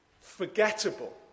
forgettable